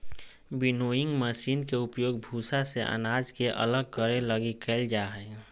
winnowing machine के उपयोग भूसा से अनाज के अलग करे लगी कईल जा हइ